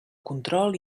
control